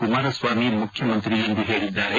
ಕುಮಾರಸ್ವಾಮಿ ಮುಖ್ಯಮಂತ್ರಿ ಎಂದು ಹೇಳಿದ್ದಾರೆ